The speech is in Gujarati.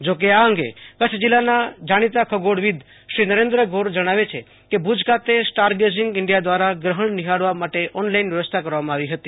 જો કે આ અંગે કચ્છ જીલ્લાના જાણીતા ખગોળવિદ શ્રી નરેન્દ્ર ગોર જણાવે છે કે ભુજ ખાતે સ્ટારગેંઝીંન્ગ ઈન્ઠીયા દ્રારા ગ્રહણ નિહાળવા ઓનલાઈન વ્યવસ્થા કરવામાં આવી હતી